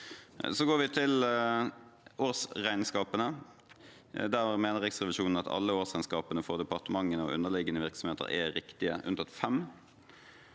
Så går vi til årsregnskapene. Der mener Riksrevisjonen at alle årsregnskapene for departementene og underliggende virksomheter er riktige, unntatt fem.